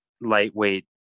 lightweight